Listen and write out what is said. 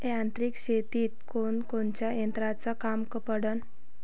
यांत्रिक शेतीत कोनकोनच्या यंत्राचं काम पडन?